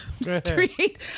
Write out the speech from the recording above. Street